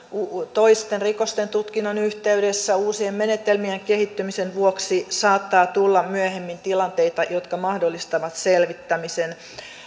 toisten rikosten tutkinnan yhteydessä uusien menetelmien kehittymisen vuoksi saattaa tulla myöhemmin tilanteita jotka mahdollistavat selvittämisen